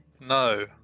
No